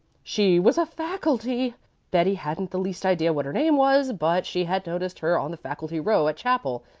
she was a faculty betty hadn't the least idea what her name was, but she had noticed her on the faculty row at chapel.